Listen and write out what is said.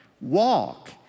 Walk